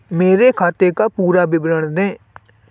मेरे खाते का पुरा विवरण दे?